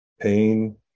pain